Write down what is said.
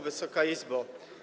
Wysoka Izbo!